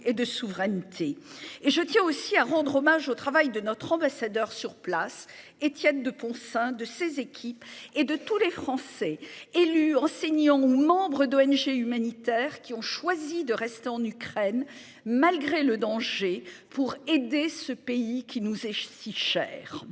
et de souveraineté et je tiens aussi à rendre hommage au travail de notre ambassadeur sur place, Étienne De Poncins de ses équipes et de tous les Français, élus, enseignants ou membres d'ONG humanitaires qui ont choisi de rester en Ukraine, malgré le danger, pour aider ce pays qui nous est si chère.